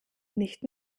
nicht